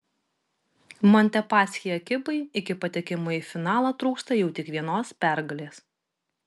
montepaschi ekipai iki patekimo į finalą trūksta jau tik vienos pergalės